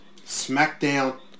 Smackdown